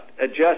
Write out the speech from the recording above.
adjust